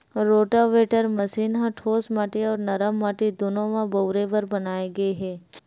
rotavator machine ह ठोस माटी अउ नरम माटी दूनो म बउरे बर बनाए गे हे